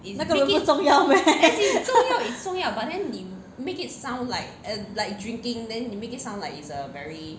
那个人不重要 meh